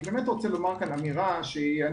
אני באמת רוצה לומר כאן אמירה שיכול